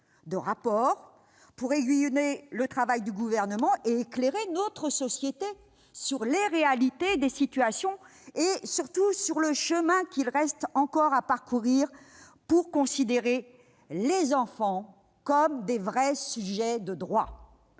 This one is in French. de rapports visant à aiguillonner le travail du Gouvernement et éclairer notre société sur les réalités des situations et, surtout, sur le chemin qui reste à parcourir pour considérer les enfants comme de vrais sujets de droit.